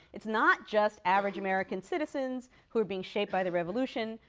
it's not just average american citizens who are being shaped by the revolution.